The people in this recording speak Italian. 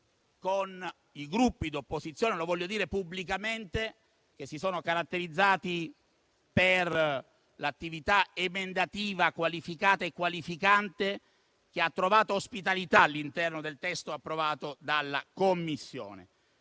I Gruppi d'opposizione - lo voglio dire pubblicamente - si sono caratterizzati per l'attività emendativa qualificata e qualificante che ha trovato ospitalità all'interno del testo approvato dalla Commissione.